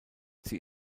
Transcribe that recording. sie